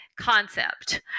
concept